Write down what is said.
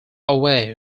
away